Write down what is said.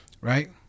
right